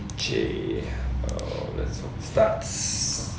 okay well let's start